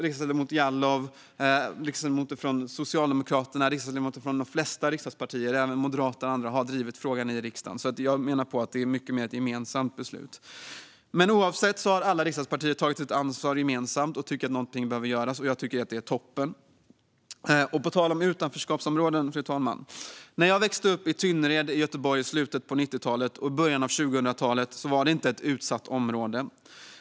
Riksdagsledamoten Jallow liksom ledamöter från Socialdemokraterna och de flesta andra partier, även Moderaterna, har drivit frågan i riksdagen. Jag menar därför att det mycket mer är ett gemensamt beslut. I vilket fall har alla riksdagspartier tagit sitt ansvar gemensamt och tyckt att någonting behöver göras. Jag tycker att det är toppen. På tal om utanförskapsområden, fru talman: När jag växte upp i Tynnered i Göteborg i slutet av 90-talet och början av 00-talet var det inte ett utsatt område.